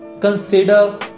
Consider